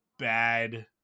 bad